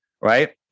right